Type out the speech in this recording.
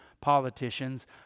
politicians